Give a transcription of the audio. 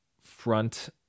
front